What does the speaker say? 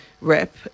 rep